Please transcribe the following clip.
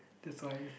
that's why